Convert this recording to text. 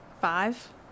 five